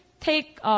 take